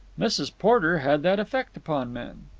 mrs. porter had that effect upon men.